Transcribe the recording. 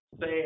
say